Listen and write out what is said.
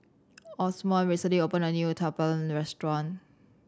Osborn recently opened a new Uthapam Restaurant